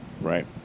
Right